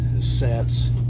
sets